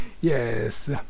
Yes